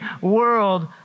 world